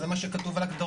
זה מה שכתוב על הגדרות,